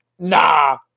nah